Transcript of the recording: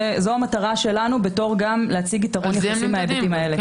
זו המטרה שלנו גם בתור להציג יתרון יחסי מההיבטים האלה.